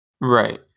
right